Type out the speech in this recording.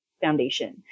foundation